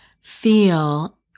feel